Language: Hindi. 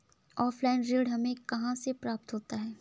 ऑफलाइन ऋण हमें कहां से प्राप्त होता है?